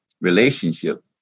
relationship